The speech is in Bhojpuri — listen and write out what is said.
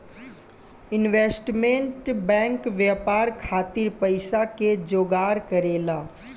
इन्वेस्टमेंट बैंक व्यापार खातिर पइसा के जोगार करेला